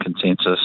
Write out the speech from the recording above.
consensus